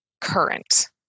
current